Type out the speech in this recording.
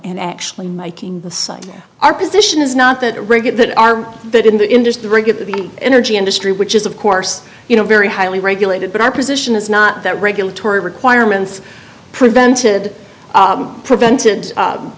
and actually making the site our position is not that regular that are that in the interest of regular the energy industry which is of course you know very highly regulated but our position is not that regulatory requirements prevented prevented